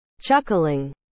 Chuckling